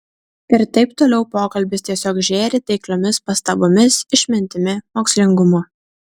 ir taip toliau pokalbis tiesiog žėri taikliomis pastabomis išmintimi mokslingumu